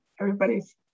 Everybody's